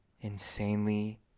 insanely